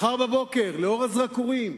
מחר בבוקר, לאור הזרקורים,